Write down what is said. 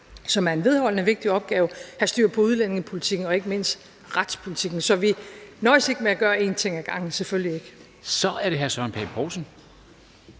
er en vedvarende, vigtig opgave, have styr på udlændingepolitikken og ikke mindst retspolitikken. Så vi nøjes ikke med at gøre én ting ad gangen – selvfølgelig ikke. Kl. 13:18 Formanden (Henrik